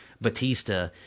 Batista